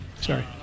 Sorry